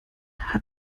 hat